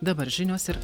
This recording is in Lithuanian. dabar žinios ir